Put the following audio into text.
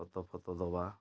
ଖତଫତ ଦେବା